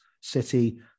City